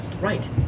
Right